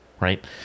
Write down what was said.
Right